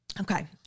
Okay